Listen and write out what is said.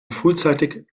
frühzeitig